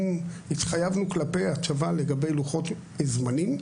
התחייבנו כלפי הצבא לגבי לוחות הזמנים.